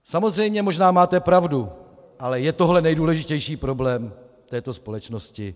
Samozřejmě možná máte pravdu, ale je tohle nejdůležitější problém této společnosti?